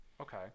Okay